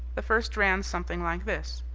the first ran something like this,